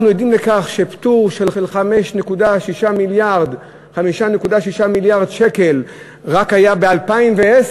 אנחנו עדים לכך שפטור של 5.6 מיליארד שקל היה רק ב-2010,